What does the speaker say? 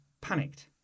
panicked